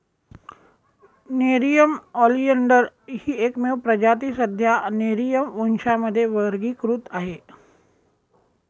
Nerium oleander ही एकमेव प्रजाती सध्या नेरिअम वंशामध्ये वर्गीकृत आहे